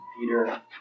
Peter